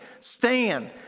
stand